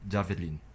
Javelin